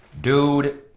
dude